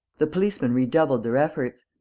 the policemen redoubled their efforts.